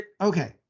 okay